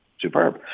superb